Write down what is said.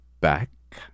back